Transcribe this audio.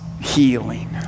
healing